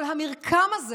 כל המרקם הזה